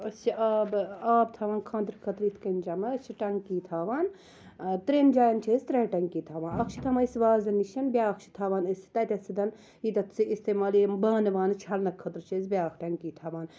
أسۍ چھِ آب آب تھاوان خانٛدرٕ خٲطرٕ یِتھ کنۍ جَمَع أسۍ چھِ ٹیٚنکی تھاوان تریٚن جایَن چھِ أسۍ ترےٚ ٹیٚنکی تھاوان اکھ چھِ تھاوان أسۍ وازَن نِش بیاکھ چھِ تھاوان أسۍ تَتیٚتھ سیٚدَن ییٚتیٚتھ سُہ اِستعمال ییٚمہِ بانہٕ وانہٕ چھَلنہٕ خٲطرٕ چھِ أسۍ بیاکھ ٹیٚنکی تھاوان